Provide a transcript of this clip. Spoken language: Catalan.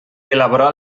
elaborar